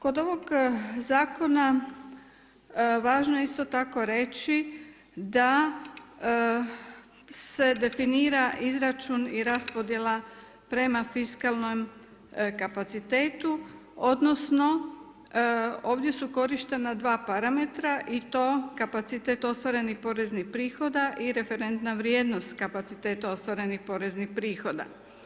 Kod ovog zakona važno je isto tako reći da se definira izračun i raspodjela prama fiskalnom kapacitetu odnosno ovdje su korištena dva parametra i to kapacitet ostvarenih poreznih prihoda i referentna vrijednost kapacitet ostvarenih poreznih prihoda.